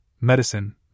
medicine